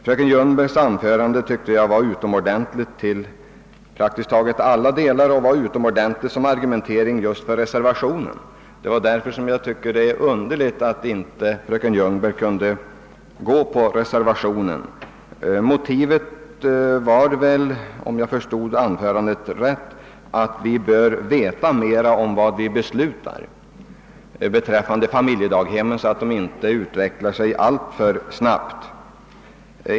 Fröken Ljungbergs anförande var utomordentligt i praktiskt taget alla avseenden som argumentering för reservationen. Därför tycks det mig underligt att hon inte vill följa den. Motivet måste väl — om jag förstod fröken Ljungberg rätt — vara att vi bör veta mera om vad vi beslutar beträffande familjedaghemmen, så att dessa inte utvecklar sig alltför snabbt.